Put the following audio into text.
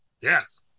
Yes